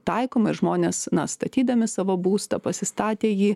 taikoma ir žmonės na statydami savo būstą pasistatę jį